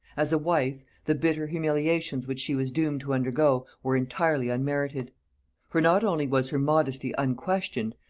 as a wife, the bitter humiliations which she was doomed to undergo were entirely unmerited for not only was her modesty unquestioned,